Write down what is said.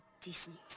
decent